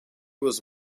was